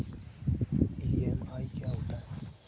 EMI क्या है?